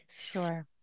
Sure